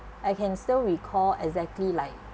I can still recall exactly like